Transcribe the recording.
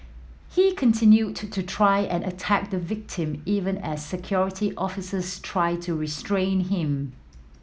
he continued to try and attack the victim even as Security Officers tried to restrain him